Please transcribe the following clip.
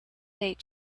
date